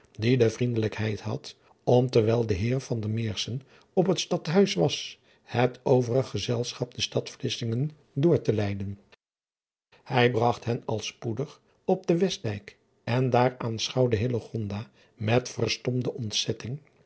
uisman lijkheid had om terwijl de eer op het tadbuis was het overig gezelschap de stad lissingen door te leiden ij bragt hen al spoedig op den estdijk en daar aanschouwde met verstommende ontzetting